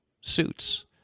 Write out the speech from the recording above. suits